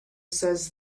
says